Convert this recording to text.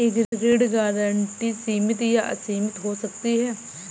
एक ऋण गारंटी सीमित या असीमित हो सकती है